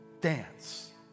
dance